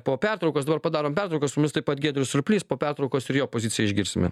po pertraukos dabar padarom pertrauką su mumis taip pat giedrius surplys po pertraukos ir jo poziciją išgirsime